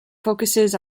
focuses